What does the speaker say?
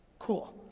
cool.